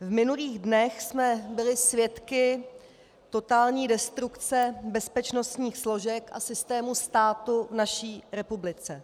V minulých dnech jsme byli svědky totální destrukce bezpečnostních složek a systému státu v naší republice.